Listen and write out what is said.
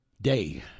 day